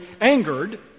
angered